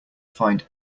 find